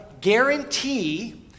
guarantee